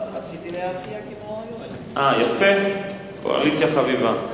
רציתי להציע כמו, יפה, קואליציה חביבה.